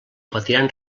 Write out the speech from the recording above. patiran